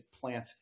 plant